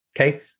Okay